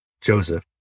Joseph